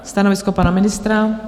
Stanovisko pana ministra?